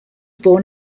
born